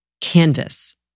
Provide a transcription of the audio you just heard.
canvas